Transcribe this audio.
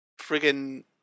friggin